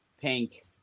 pink